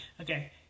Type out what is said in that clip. Okay